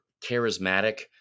charismatic